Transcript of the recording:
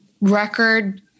record